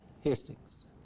Hastings